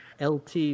LT